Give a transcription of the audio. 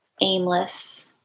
aimless